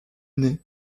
nez